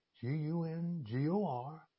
G-U-N-G-O-R